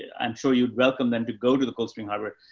i'm sure you'd welcome them to go to the cold spring harbor,